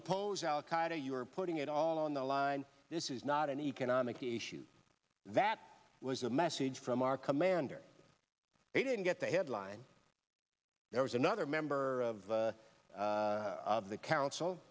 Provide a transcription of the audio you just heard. oppose al qaida you are putting it all on the line this is not an economic issue that was the message from our commander he didn't get the headline there was another member of the council